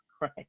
right